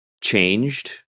changed